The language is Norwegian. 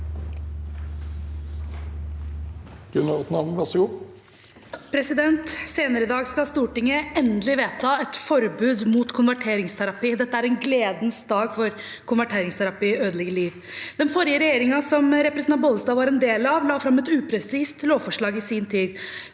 Gunaratnam (A) Senere i dag skal Stortinget endelig vedta et forbud mot konverteringsterapi. Dette er en gledens dag, for konverteringsterapi ødelegger liv. Den forrige regjeringen, som representanten Bollestad var en del av, la fram et upresist lovforslag i sin tid.